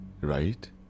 right